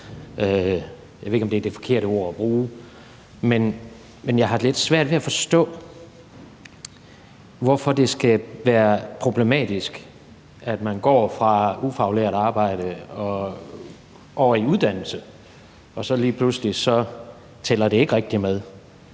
Jeg ved ikke, om det er det forkerte ord at bruge. Men jeg har lidt svært ved at forstå, hvorfor det skal være problematisk, at man går fra ufaglært arbejde og over i uddannelse, og at det så lige pludselig ikke tæller rigtig med,